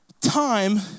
Time